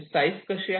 size काय आहे